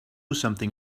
something